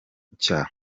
nshya